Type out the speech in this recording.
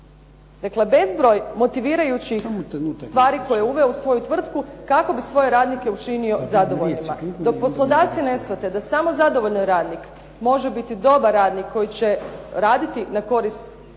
Dakle, bezbroj motivirajućih stvari koje je uveo u svoju tvrtku kako bi svoje radnike učinio zadovoljnima. Dok poslodavci ne shvate da samo zadovoljan radnik može biti dobar radnik koji će raditi na korist